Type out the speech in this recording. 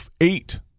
eight